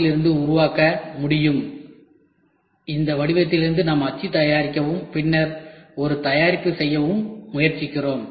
யிலிருந்து உருவாக்க முடியும் இந்த வடிவத்திலிருந்து நாம் அச்சு தயாரிக்கவும் பின்னர் ஒரு தயாரிப்பு செய்யவும் முயற்சிக்கிறோம்